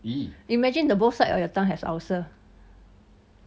imagined the both side of your tongue have ulcer